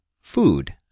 food